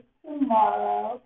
tomorrow